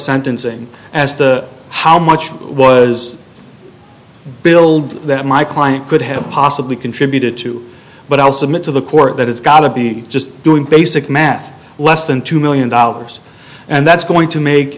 sentencing as the how much was build that my client could have possibly contributed to but i'll submit to the court that it's got to be just doing basic math less than two million dollars and that's going to make